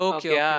Okay